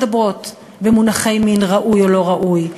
ואנחנו לא מדברות במונחי מין ראוי או לא ראוי,